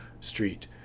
street